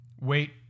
Wait